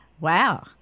Wow